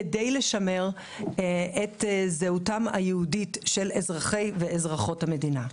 כדי לשמר את זהותם היהודית של אזרחי ואזרחיות המדינה.